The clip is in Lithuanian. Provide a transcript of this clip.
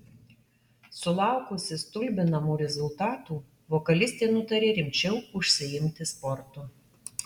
sulaukusi stulbinamų rezultatų vokalistė nutarė rimčiau užsiimti sportu